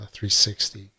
360